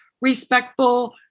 respectful